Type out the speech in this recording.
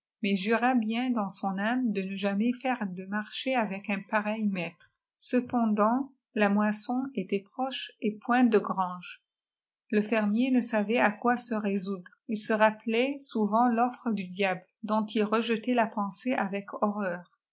itïais ura bien dans sod âme de né jamais iaire dé marché avec un paraîl maître cependant la moisson était proche et point de gjraiijçe le fer mier ne savait à quoi se f ésouifre u se rappelait souvent f'ptfre du diable dont il rejetait la pensée avec horreur